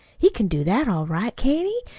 he can do that all right, can't he?